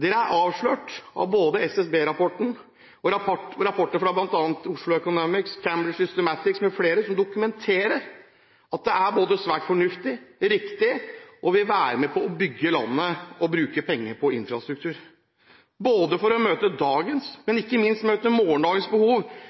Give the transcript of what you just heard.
Dere er avslørt av både SSB-rapporten og rapporter fra bl.a. Oslo Economics, Cambridge Systematics m.fl., som dokumenterer at å bruke penger på infrastruktur er både svært fornuftig og riktig og vil være med på å bygge landet, ikke bare for å møte dagens, men ikke minst også morgendagens behov.